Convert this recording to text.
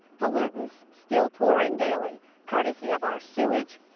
pollutants still pour in daily courtesy of our sewage,